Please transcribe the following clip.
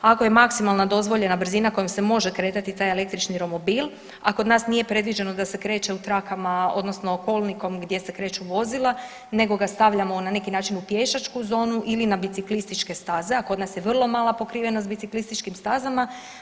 Ako je maksimalna dozvoljena brzina kojom se može kretati taj električki romobil, a kod nas nije predviđeno da se kreće u trakama odnosno kolnikom gdje se kreću vozila, nego ga stavljamo na neki način u pješačku zonu ili na biciklističke staze, a kod nas je vrlo mala pokrivenost biciklističkim stazama.